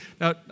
now